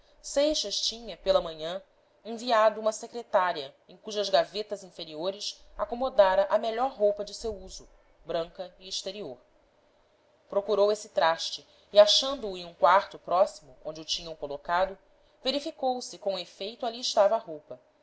seixas tinha pela manhã enviado uma secretária em cujas gavetas inferiores acomodara a melhor roupa de seu uso branca e exterior procurou esse traste e achando o em um quarto próximo onde o tinham colocado verificou se com efeito ali estava a roupa